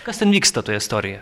kas ten vyksta toje istorijoje